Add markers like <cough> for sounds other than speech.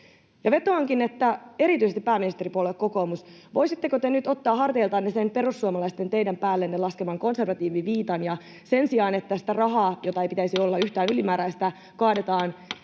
Vetoankin, erityisesti pääministeripuolue kokoomus, voisitteko te nyt ottaa harteiltanne sen perussuomalaisten teidän päällenne laskeneen konservatiiviviitan ja sen sijaan, että sitä rahaa, jota ei pitäisi olla <noise> yhtään ylimääräistä, kaadetaan näihin